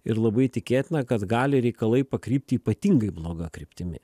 ir labai tikėtina kad gali reikalai pakrypti ypatingai bloga kryptimi